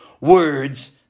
words